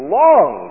long